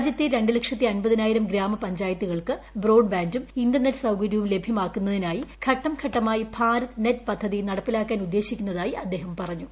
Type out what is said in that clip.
രാജ്യത്തെ രണ്ട് ലക്ഷത്തി അമ്പതിനായിരം ഗ്രാമപഞ്ചായത്തുകൾക്ക് ബ്രോഡ് ബാന്റും ഇന്റർനെറ്റ് സൌകര്യവും ലഭ്യമാക്കുന്നതിനായി ഘട്ടം ഘട്ടമായി ഭാരത് നെറ്റ് പദ്ധതി നടപ്പിലാക്കാൻ ഉദ്ദേശിക്കുന്നതായി അദ്ദേഹം പറഞ്ഞു